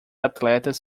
atletas